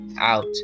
out